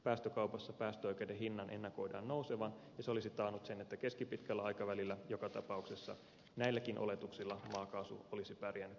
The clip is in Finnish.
päästökaupassa päästöoikeuden hinnan ennakoidaan nousevan ja se olisi taannut sen että keskipitkällä aikavälillä joka tapauksessa näilläkin oletuksilla maakaasu olisi pärjännyt kilpailussa